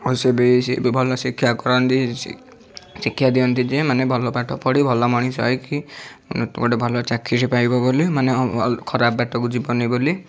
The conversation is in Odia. ଆଉ ସିଏ ବି ସିଏ ଭଲ ଶିକ୍ଷା କରନ୍ତି ଶିକ୍ଷା ଦିଅନ୍ତି ଯେ ମାନେ ଭଲ ପାଠପଢ଼ି ଭଲ ମଣିଷ ହେଇକି ଗୋଟେ ଭଲ ଚାକିରୀ ପାଇବ ବୋଲି ମାନେ ଖରାପ ବାଟକୁ ଯିବନି ବୋଲି